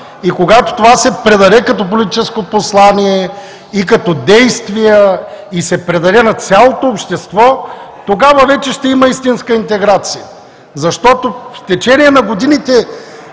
и когато това се предаде като политическо послание и като действия, и се предаде на цялото общество, тогава вече ще има истинска интеграция. В течение на годините